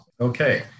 Okay